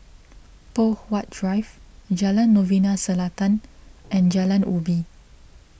Poh Huat Drive Jalan Novena Selatan and Jalan Ubi